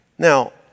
Now